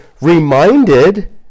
reminded